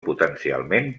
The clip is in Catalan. potencialment